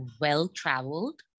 well-traveled